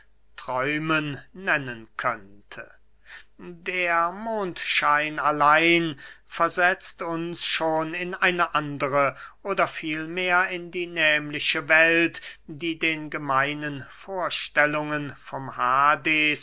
träumen nennen könnte der mondschein allein versetzt uns schon in eine andre oder vielmehr in die nehmliche welt die den gemeinen vorstellungen vom hades